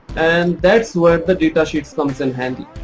and that's where the datasheets comes in handy.